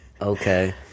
Okay